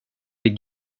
bli